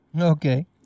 Okay